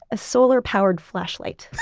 a solar powered flashlight.